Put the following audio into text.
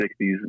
60s